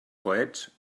coets